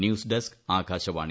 news desk Akashvani